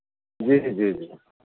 जी जी जी